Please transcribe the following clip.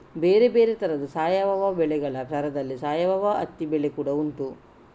ಬೇರೆ ಬೇರೆ ತರದ ಸಾವಯವ ಬೆಳೆಗಳ ತರದಲ್ಲಿ ಸಾವಯವ ಹತ್ತಿ ಬೆಳೆ ಕೂಡಾ ಉಂಟು